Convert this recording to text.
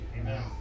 Amen